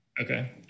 Okay